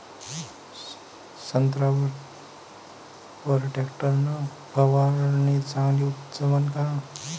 संत्र्यावर वर टॅक्टर न फवारनी चांगली जमन का?